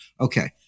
Okay